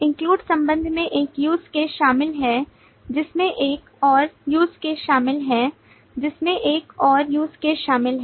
include संबंध में एक use cas eशामिल है जिसमें एक और use case शामिल है जिसमें एक और use case शामिल है